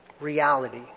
reality